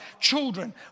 children